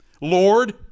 Lord